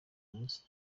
muziki